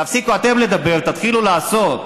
תפסיקו אתם לדבר, תתחילו לעשות.